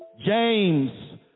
james